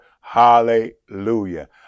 Hallelujah